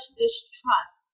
distrust